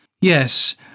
Yes